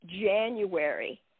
January